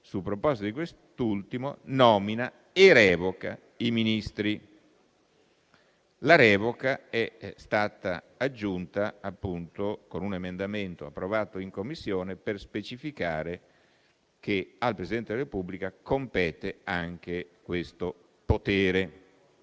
su proposta di quest'ultimo, nomina e revoca i Ministri. La revoca è stata aggiunta con un emendamento approvato in Commissione, per specificare che al Presidente della Repubblica compete anche questo potere.